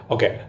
Okay